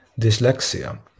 dyslexia